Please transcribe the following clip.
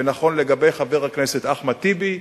ונכון לגבי חבר הכנסת אחמד טיבי,